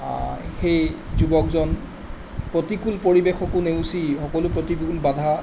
সেই যুৱকজন প্ৰতিকূল পৰিৱেশকো নেওচি সকলো প্ৰতিকূল বাধা